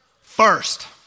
first